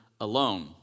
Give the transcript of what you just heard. alone